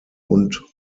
und